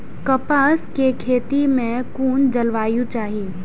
कपास के खेती में कुन जलवायु चाही?